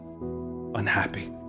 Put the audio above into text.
unhappy